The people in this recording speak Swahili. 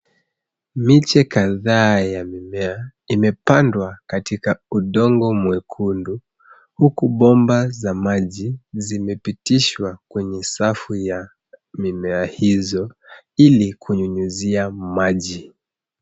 Miche kadhaa ya mimea imepandwa katika udongo mwekundu, huku bomba za maji zimepitishwa kwenye safu ya mimea hizo, ili kunyunyuzia maji.